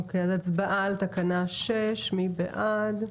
אוקיי, אז הצבעה על תקנה 6. מי בעד?